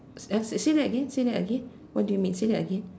!huh! say that again say that again what do you mean say that again